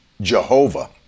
Jehovah